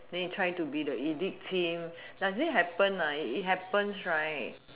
then you try to be the elite team does it happen ah it happens right